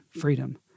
freedom